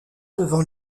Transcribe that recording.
devant